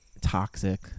toxic